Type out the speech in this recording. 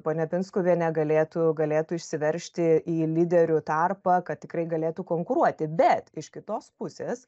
ponia pinskuvienė galėtų galėtų išsiveržti į lyderių tarpą kad tikrai galėtų konkuruoti bet iš kitos pusės